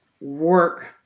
work